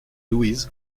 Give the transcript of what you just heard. luiz